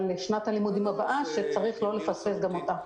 אבל זה חשוב לשנת הלימודים הבאה שלא צריך לפספס גם אותה.